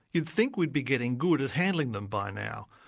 you'd think we'd be getting good at handling them by now.